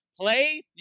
play